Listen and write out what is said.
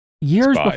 Years